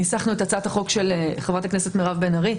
לצערי,